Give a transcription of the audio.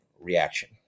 reaction